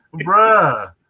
bruh